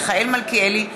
מיכאל מלכיאלי,